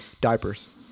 diapers